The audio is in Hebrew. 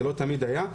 זה לא תמיד היה,